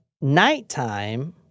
nighttime